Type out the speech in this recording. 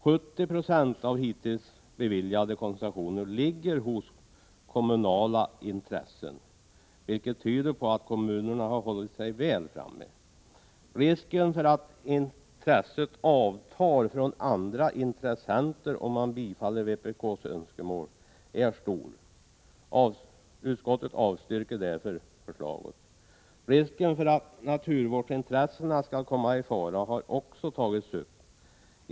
70 96 av hittills beviljade koncessioner ligger hos kommunala intressen, vilket tyder på att kommunerna har hållit sig väl framme. Risken att intresset avtar hos andra intressenter om man bifaller vpk:s önskemål är stor. Utskottet avstyrker därför förslaget. Risken för att naturvårdsintressena skall komma i fara har också tagits upp.